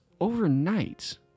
overnight